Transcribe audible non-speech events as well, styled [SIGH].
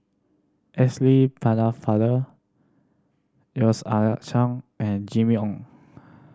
[UNINTELLIGIBLE] Pennefather Yeo Ah Seng and Jimmy Ong